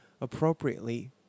appropriately